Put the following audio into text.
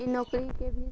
ई नौकरीके भी